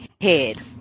head